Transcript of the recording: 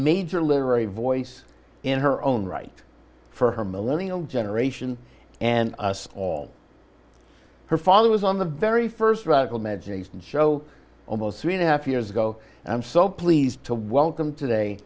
major literary voice in her own right for her millennial generation and all her father was on the very first radical magic and show almost three and a half years ago and i'm so pleased to welcome today